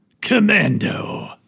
commando